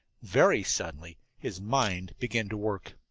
very suddenly, his mind began to work.